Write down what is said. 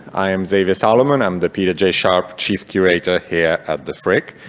i am xavier saloman, i'm the peter jay sharp chief curator here at the frick.